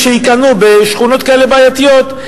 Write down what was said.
שיקנו בשכונות כאלה בעייתיות,